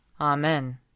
Amen